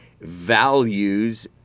values